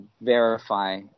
verify